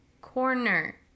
corner